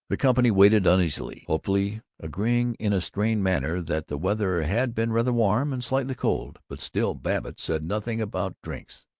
the company waited, uneasily, hopefully, agreeing in a strained manner that the weather had been rather warm and slightly cold, but still babbitt said nothing about drinks.